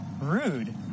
rude